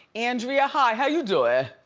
andrea, hi, how you doing?